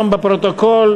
הכנסת,